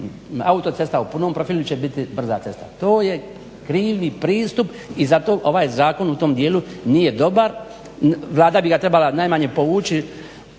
autocesta u punom profilu će biti brza cesta. To je krivi pristup i zato ovaj zakon u tom dijelu nije dobar. Vlada bi ga trebala najmanje povući